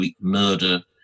murder